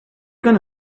gonna